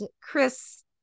Chris